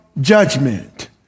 judgment